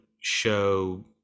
show